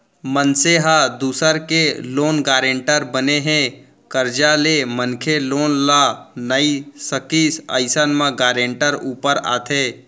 मनसे ह दूसर के लोन गारेंटर बने हे, करजा ले मनखे लोन ल नइ सकिस अइसन म गारेंटर ऊपर आथे